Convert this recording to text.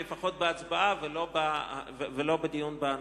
לפחות בהצבעה, ולא בדיון בהנחה.